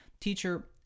Teacher